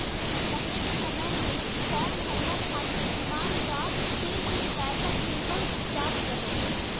पहिले के समय में फार्म भरला खातिर डिमांड ड्राफ्ट से ही पईसा भेजल जात रहे